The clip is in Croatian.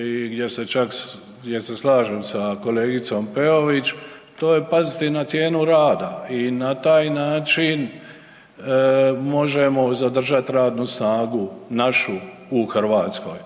gdje se slažem sa kolegicom Peović, to je paziti i na cijenu rada i na taj način možemo zadržati radnu snagu našu u Hrvatskoj